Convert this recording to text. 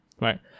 right